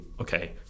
okay